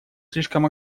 слишком